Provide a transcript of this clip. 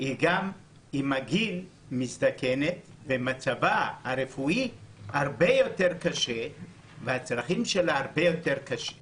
היא גם מזדקנת ומצבה הרפואי הרבה יותר קשה והצרכים שלה הרבה יותר קשים,